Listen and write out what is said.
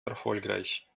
erfolgreich